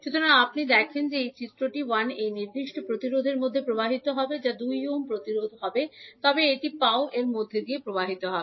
সুতরাং যদি আপনি দেখেন যে এই চিত্রটি 1 এই নির্দিষ্ট প্রতিরোধের মধ্যে প্রবাহিত হবে যা 2 ওহম প্রতিরোধের তবে এর একটি পাও এর মধ্য দিয়ে প্রবাহিত হবে